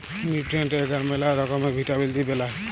nutrient এগার ম্যালা রকমের ভিটামিল দিয়ে বেলায়